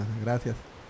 gracias